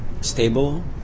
stable